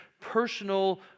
personal